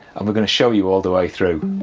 um we're going to show you all the way through.